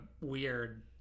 weird